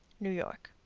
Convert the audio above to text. new york.